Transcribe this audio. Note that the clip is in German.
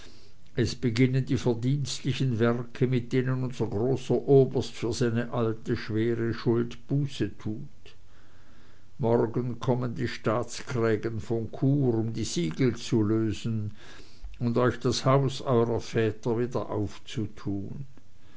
es beginnen die verdienstlichen werke mit denen unser großer oberst für seine alte schwere schuld buße tut morgen kommen die staatskrägen von chur um die siegel zu lösen und euch das haus eurer väter wieder aufzutun